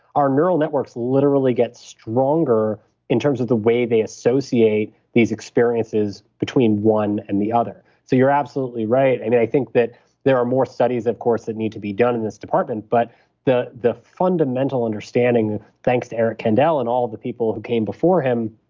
our neural networks literally get stronger in terms of the way they associate these experiences between one and the other so you're absolutely right. i mean, i think that there are more studies, of course, that need to be done in this department, but the the fundamental understanding, thanks to eric kendall and all of the people who came before him,